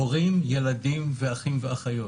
הורים, ילדים ואחים ואחיות.